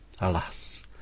Alas